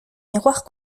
miroirs